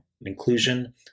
inclusion